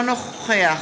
אינו נוכח